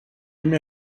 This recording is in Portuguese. minha